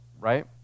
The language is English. right